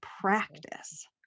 practice